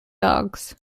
dogs